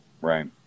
Right